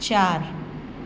ચાર